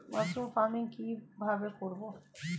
Mushroom farming কি ভাবে করব?